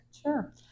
Sure